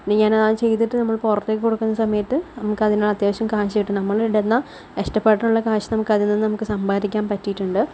പിന്നെ ഞാനത് ചെയ്തിട്ട് പുറത്തേക്ക് കൊടുക്കുന്ന സമയത്ത് നമുക്ക് അതിന് അത്യാവശ്യം കാശ് കിട്ടണം നമ്മള് ഇടുന്ന കഷ്ടപ്പാടിനുള്ള കാശ് നമുക്കതിൽ നിന്ന് നമുക്ക് സമ്പാദിക്കാൻ പറ്റിയിട്ടുണ്ട്